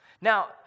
Now